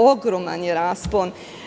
Ogroman je raspon.